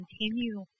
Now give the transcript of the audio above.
continue